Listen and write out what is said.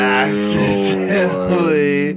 accidentally